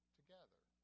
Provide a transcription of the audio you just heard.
together